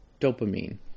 dopamine